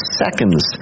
seconds